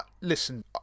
Listen